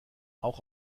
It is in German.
auch